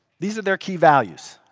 these are their key values.